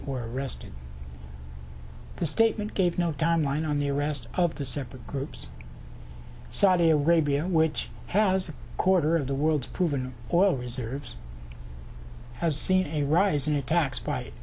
were arrested the statement gave no timeline on the arrest of the separate groups saudi arabia which has a quarter of the world's proven oil reserves has seen a rise in attacks b